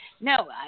no